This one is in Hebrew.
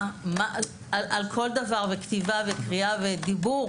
כולנו צריכים לשים בקדמת הבמה את המפעל הזה שהוא מפעל ציונות במלוא מובן